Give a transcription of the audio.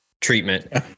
treatment